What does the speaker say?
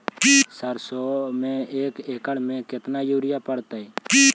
सरसों में एक एकड़ मे केतना युरिया पड़तै?